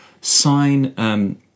sign